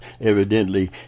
Evidently